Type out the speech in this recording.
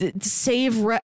save